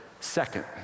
Second